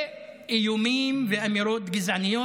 וגם איומים ואמירות גזעניות.